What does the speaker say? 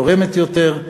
תורמת יותר,